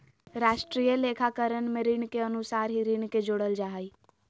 राष्ट्रीय लेखाकरण में ऋणि के अनुसार ही ऋण के जोड़ल जा हइ